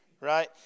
right